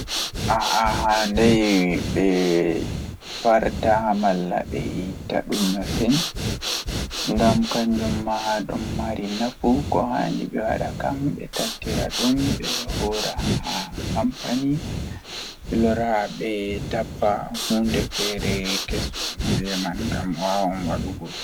Handai a waira malla Plastik ɗum waɗi faaɓnude ngam ina waɗi bonanɗe baɗe nden ko moƴƴi e daguɗe. Ina waawaa faama ladde e ndiyam, tawi bonanɗe maɓɓe ina waɗa waɗde njulirde. Kono, jokkondirde goɗɗum wawa nde ina njiɗɗaade les maa, walla paykoye waɗere e jaltinde ngal.